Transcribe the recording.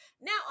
Now